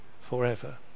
forever